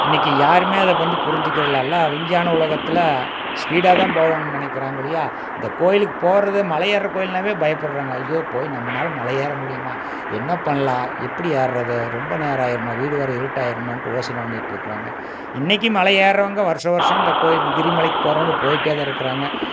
இன்றைக்கி யாருமே அதை வந்து புரிஞ்சுக்கிறதில்ல எல்லாம் விஞ்ஞான உலகத்தில் ஸ்பீடாகதான் போகணும்ன் நினக்கிறாங்க ஒழியா இந்த கோயிலுக்கு போவது மலை ஏற கோயில்னால்வே பயப்பட்றாங்க ஐயோ போய் நம்மனால் மலை ஏற முடியுமா என்ன பண்ணலாம் எப்படி ஏறது ரொம்ப நேரம் ஆகிருமோ வீடு வர இருட்டாகிருமோன்ட்டு யோசனை பண்ணிகிட்ருக்குறாங்க இன்றைக்கி மலை ஏறவங்க வருஷம் வருஷம் இந்த கோயிலுக்கு கிரிமலைக் போகிறவங்க போய்கிட்டேதான் இருக்கிறாங்க